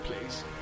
please